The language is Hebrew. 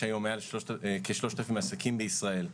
יש היון כ-3,000 עסקים בישראל,